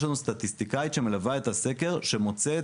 יש לנו סטטיסטיקאית שמלווה את הסקר שמוצאת